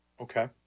Okay